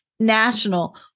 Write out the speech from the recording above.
national